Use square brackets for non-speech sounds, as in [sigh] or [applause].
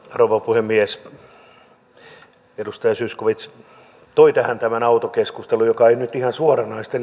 rouva puhemies edustaja zyskowicz toi tähän tämän autokeskustelun joka ei nyt ihan suoranaisesti [unintelligible]